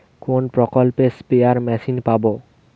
কোন প্রকল্পে spare machine পাব?